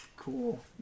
cool